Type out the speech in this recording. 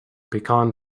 pecan